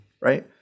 Right